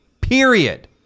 period